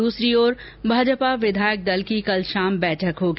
दूसरी ओर भाजपा विधायक दल की कल शाम बैठक होगी